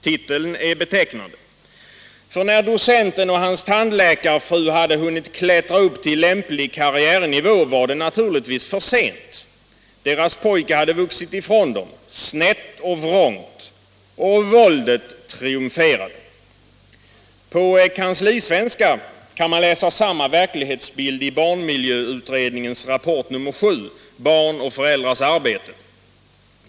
Titeln är betecknande. För när docenten och hans tandläkarfru hade hunnit klättra upp till lämplig karriärnivå var det naturligtvis för sent. Deras pojke hade vuxit ifrån dem, snett och vrångt. Och våldet triumferade. På kanslisvenska kan man läsa samma verklighetsbild i barnmiljöutredningens rapport nr 7, Barn och föräldrars arbete.